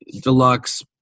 deluxe